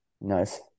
Nice